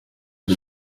iri